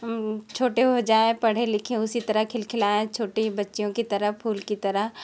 हम छोटे हो जाए पढ़े लिखे उसी तरह खिल खिलाए छोटे बच्चों की तरह फूल की तरह